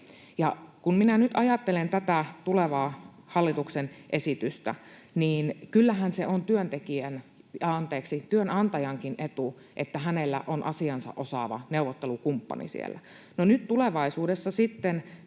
Kun minä nyt ajattelen tätä tulevaa hallituksen esitystä, niin kyllähän se on työnantajankin etu, että hänellä on asiansa osaava neuvottelukumppani siellä. No, nyt kun tulevaisuudessa sitten